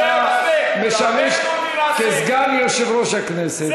אתה משמש סגן יושב-ראש הכנסת.